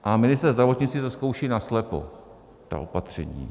A ministr zdravotnictví to zkouší naslepo, ta opatření.